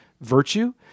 virtue